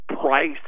price